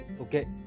okay